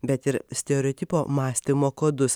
bet ir stereotipo mąstymo kodus